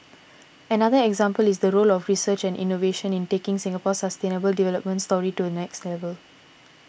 another example is the role of research and innovation in taking Singapore's sustainable development story to next level